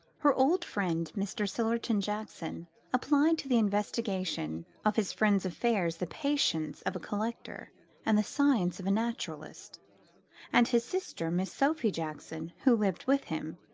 her old friend mr. sillerton jackson applied to the investigation of his friends' affairs the patience of a collector and the science of a naturalist and his sister, miss sophy jackson, who lived with him,